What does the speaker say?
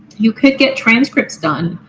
you could get transcripts done.